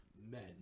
Men